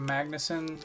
Magnuson